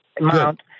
amount